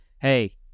hey